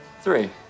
Three